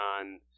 on